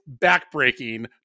backbreaking